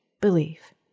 belief